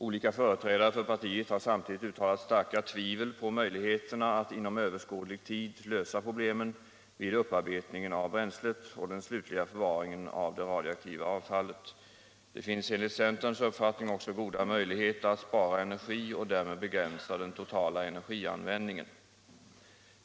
Olika företrädare för partiet har samtidigt uttalat starka tvivel på möjligheterna att inom överskådlig tid lösa problemen vid upparbetningen av bränslet och den slutliga förvaringen av det radioaktiva avfallet. Det finns enligt centerns uppfattning också goda möjligheter att spara energi och därmed begränsa den totala energianvändningen.